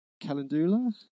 calendula